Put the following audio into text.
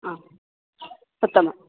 आम् उत्तमम्